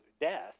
death